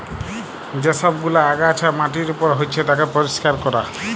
যে সব গুলা আগাছা মাটির উপর হচ্যে তাকে পরিষ্কার ক্যরা